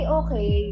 okay